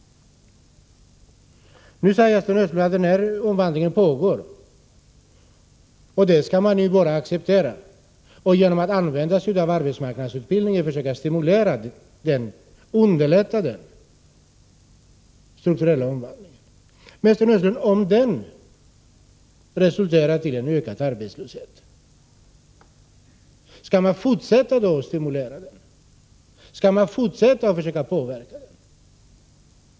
Sten Östlund säger att vi skall acceptera att denna strukturella omvandling pågår. Genom att använda sig av arbetsmarknadsutbildning skall man försöka stimulera och underlätta den. Men, Sten Östlund, om den resulterar i en ökad arbetslöshet, skall man då fortsätta att stimulera och försöka påverka den?